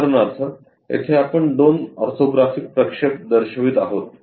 उदाहरणार्थ येथे आपण दोन ऑर्थोग्राफिक प्रक्षेप दर्शवित आहोत